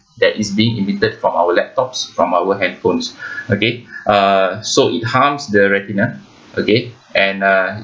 that is being emitted from our laptops from our handphones okay uh so it harms the retina okay and uh